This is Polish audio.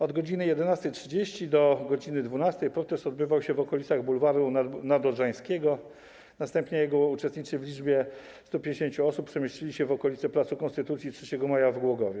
Od godz. 11.30 do godz. 12 protest odbywał się w okolicach Bulwaru Nadodrzańskiego, następnie jego uczestnicy w liczbie 150 osób przemieścili się w okolice placu Konstytucji 3 Maja w Głogowie.